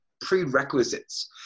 prerequisites